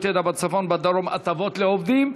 ידע בצפון ובדרום (הטבות לעובדים),